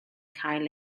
cael